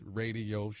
radio